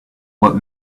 what